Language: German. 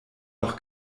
doch